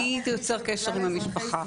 מי יוצר קשר עם המשפחה?